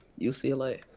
UCLA